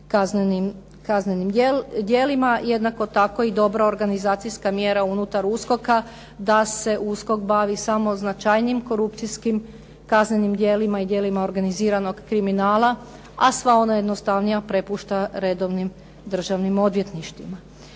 kaznenim djelima. Jednako tako i dobra organizacijska mjera unutar USKOK-a, da se USKOK bavi samo značajnijim korupcijskim kaznenim djelima i djelima organiziranog kriminala, a sva ona jednostavnija prepušta redovnim državnim odvjetništvima.